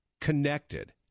connected